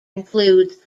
includes